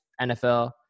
NFL